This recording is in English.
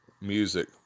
music